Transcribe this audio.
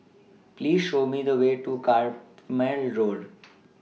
Please Show Me The Way to Carpmael Road